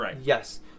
yes